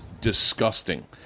disgusting